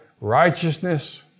Righteousness